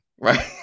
Right